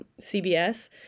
CBS